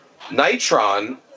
Nitron